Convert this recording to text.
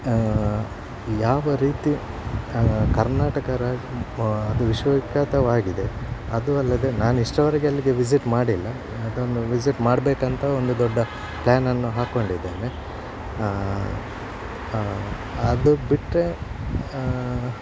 ಯಾವ ರೀತಿ ಕರ್ನಾಟಕ ರಾ ಅದು ವಿಶ್ವ ವಿಖ್ಯಾತವಾಗಿದೆ ಅದು ಅಲ್ಲದೆ ನಾನು ಇಷ್ಟರವರೆಗೆ ಅಲ್ಲಿಗೆ ವಿಝಿಟ್ ಮಾಡಿಲ್ಲ ಅದನ್ನು ವಿಝಿಟ್ ಮಾಡಬೇಕಂತ ಒಂದು ದೊಡ್ಡ ಪ್ಲ್ಯಾನನ್ನು ಹಾಕ್ಕೊಂಡಿದ್ದೇನೆ ಅದು ಬಿಟ್ಟರೆ